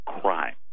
crime